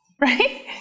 right